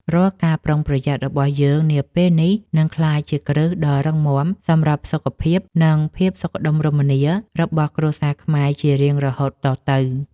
រាល់ការប្រុងប្រយ័ត្នរបស់យើងនាពេលនេះនឹងក្លាយជាគ្រឹះដ៏រឹងមាំសម្រាប់សុខភាព និងភាពសុខដុមរមនារបស់គ្រួសារខ្មែរជារៀងរហូតតទៅ។